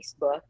Facebook